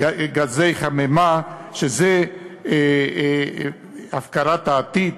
גזי חממה, שזה הפקרת העתיד,